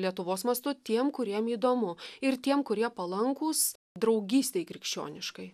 lietuvos mastu tiem kuriem įdomu ir tiem kurie palankūs draugystei krikščioniškai